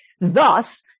Thus